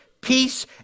peace